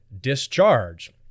discharge